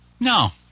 No